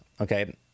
okay